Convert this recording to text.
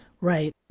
Right